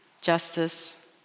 justice